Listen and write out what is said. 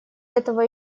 этого